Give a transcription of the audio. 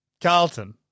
Carlton